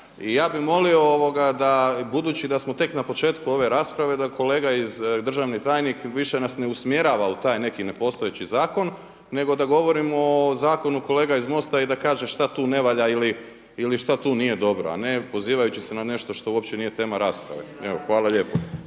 ja bih molio, budući da smo tek na početku ove rasprave da kolega, državni tajnik više nas ne usmjerava u taj neki nepostojeći zakon nego da govorimo o zakonu kolega iz MOST-a i da kaže šta tu ne valja ili šta tu nije dobro a ne pozivajući se na nešto što uopće nije tema rasprave. Evo hvala lijepo.